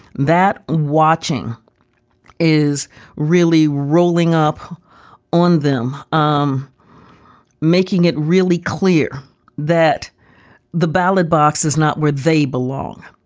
that watching is really rolling up on them, um making it really clear that the ballot box is not where they belong.